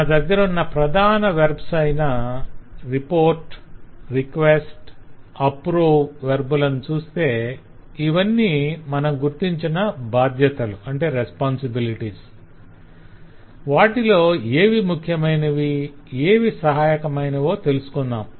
మన దగ్గరున్న ప్రధాన వెర్బ్స్ అయిన 'report' 'request' 'approve' వెర్బ్ లను చూస్తే ఇవన్నీ మనం గుర్తించిన బాధ్యతలు వాటిలో ఏవి ముఖ్యమైనవి ఏవి సహాయకమైనవో తెలుసుకున్నాం